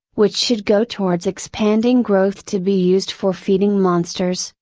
which should go towards expanding growth to be used for feeding monsters,